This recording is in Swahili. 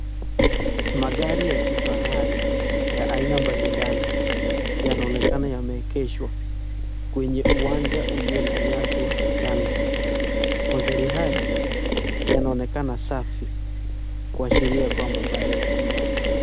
Magari ya kifahari ya aina mbalimbali yanaonekana yameegeshwa kwenye uwanja ulio na nyasi ya kijani, magari haya yanaonekana safi kuashiria kwamba bado ni mapya.